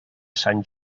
sant